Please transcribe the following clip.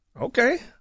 Okay